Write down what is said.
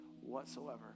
whatsoever